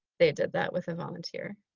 they did that with a volunteer.